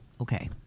okay